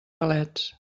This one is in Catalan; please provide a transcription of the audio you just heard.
galets